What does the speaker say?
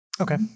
Okay